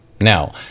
Now